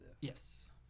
Yes